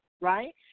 right